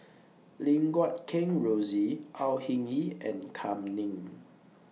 Lim Guat Kheng Rosie Au Hing Yee and Kam Ning